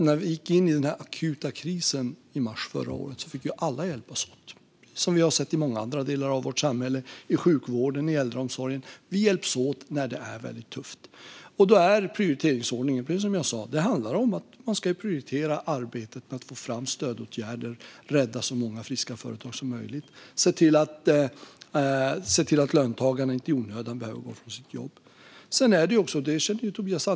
När vi gick in i den akuta krisen i mars förra året fick alla hjälpas åt, liksom vi har sett i många andra delar av vårt samhälle: i sjukvården och i äldreomsorgen; vi hjälps åt när det är väldigt tufft. Då är prioriteringsordningen som sagt att prioritera arbetet med att få fram stödåtgärder, rädda så många friska företag som möjligt och se till att löntagarna inte i onödan behöver gå från sina jobb.